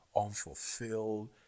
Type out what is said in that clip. unfulfilled